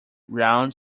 round